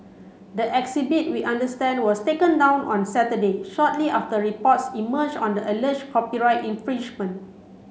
the exhibit we understand was taken down on Saturday shortly after reports emerged on the alleged copyright infringement